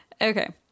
Okay